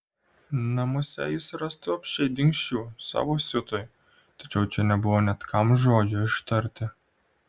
namuose jis rastų apsčiai dingsčių savo siutui tačiau čia nebuvo net kam žodžio ištarti